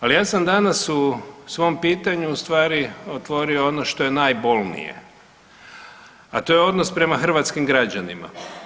Ali ja sam danas u svom pitanju ustvari otvorio ono što je najbolnije, a to je odnos prema hrvatskim građanima.